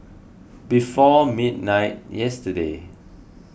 before midnight yesterday